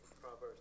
Proverbs